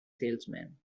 salesman